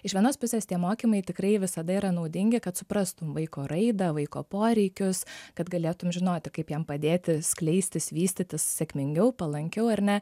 iš vienos pusės tie mokymai tikrai visada yra naudingi kad suprastum vaiko raidą vaiko poreikius kad galėtum žinoti kaip jam padėti skleistis vystytis sėkmingiau palankiau ar ne